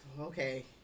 Okay